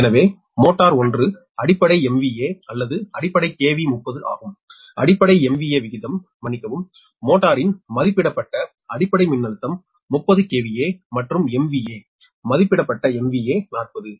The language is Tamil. எனவே மோட்டார் 1 அடிப்படை MVA அல்லது அடிப்படை KV 30 ஆகவும் அடிப்படை MVA விகிதம் மன்னிக்கவும் மோட்டரின் மதிப்பிடப்பட்ட அடிப்படை மின்னழுத்தம் 30 KV மற்றும் MVA மதிப்பிடப்பட்ட MVA 40